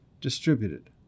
distributed